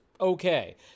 okay